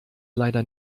leider